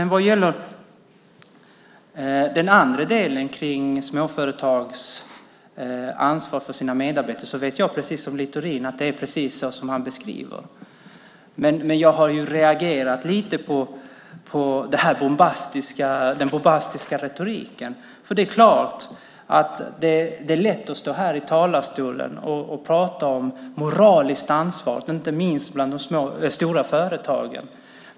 När det gäller småföretagares ansvar för sina medarbetare vet jag att det är precis så som Littorin beskriver det. Jag har reagerat lite på den bombastiska retoriken. Det är lätt att stå här i talarstolen och prata om moraliskt ansvar, inte minst hos de stora företagen.